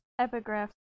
Epigraphs